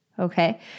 Okay